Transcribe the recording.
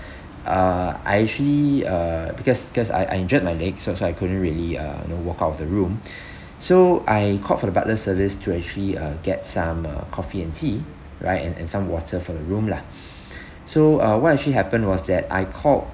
uh I actually uh because cause I I injured my leg so so I couldn't really uh you know walk out of the room so I called for the butler service to actually uh get some uh coffee and tea right and and some water for the room lah so uh what actually happened was that I called